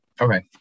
Okay